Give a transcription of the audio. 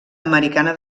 americana